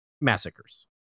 massacres